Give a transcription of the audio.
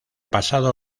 pasado